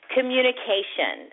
Communication